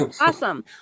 Awesome